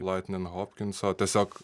laitnin hopkinso tiesiog